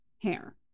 hair